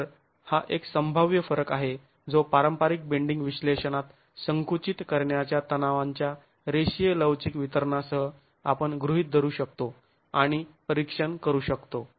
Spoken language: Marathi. तर हा एक संभाव्य फरक आहे जो पारंपारिक बेंडींग विश्लेषणात संकुचित करण्याच्या तणावांच्या रेषीय लवचिक वितरणासह आपण गृहीत धरू शकतो आणि परीक्षण करू शकतो